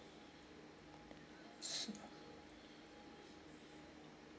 so